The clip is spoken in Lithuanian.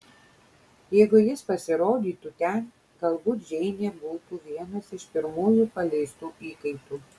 jeigu jis pasirodytų ten galbūt džeinė būtų vienas iš pirmųjų paleistų įkaitų